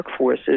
workforces